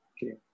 Okay